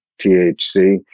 THC